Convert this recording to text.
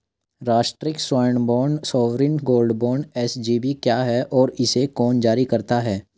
राष्ट्रिक स्वर्ण bond sovereign gold bond SGB क्या है और इसे कौन जारी करता है?